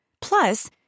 Plus